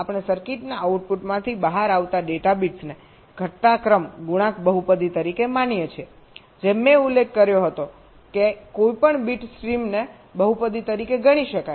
તેથી આપણે સર્કિટના આઉટપુટમાંથી બહાર આવતા ડેટા બિટ્સને ઘટતા ક્રમ ગુણાંક બહુપદી તરીકે માનીએ છીએ જેમ મેં ઉલ્લેખ કર્યો હતોકે કોઈપણ બીટ સ્ટ્રીમને બહુપદી તરીકે ગણી શકાય